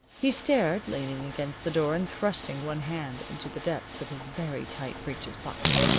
he stared, leaning against the door and thrusting one hand into the depths of his very tight breeches pocket.